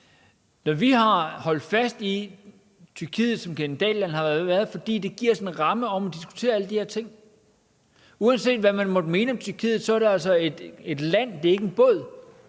Når vi har holdt fast i Tyrkiet som kandidatland, har det været, fordi det giver sådan en ramme at diskutere alle de her ting i. Uanset hvad man måtte mene om Tyrkiet, er det altså et land, det er ikke en båd.